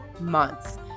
months